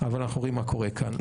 אבל אנחנו רואים מה קורה כאן.